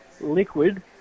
liquid